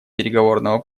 переговорного